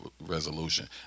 resolution